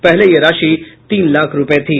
पहले यह राशि तीन लाख रूपये थी